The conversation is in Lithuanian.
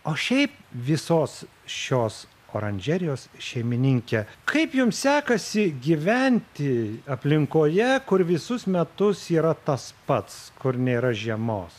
o šiaip visos šios oranžerijos šeimininke kaip jums sekasi gyventi aplinkoje kur visus metus yra tas pats kur nėra žemos